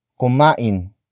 kumain